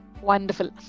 wonderful